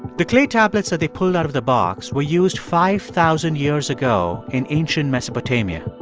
the clay tablets that they pulled out of the box were used five thousand years ago in ancient mesopotamia.